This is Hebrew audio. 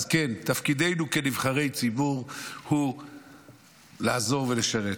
אז כן, תפקידנו כנבחרי ציבור הוא לעזור ולשרת,